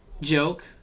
joke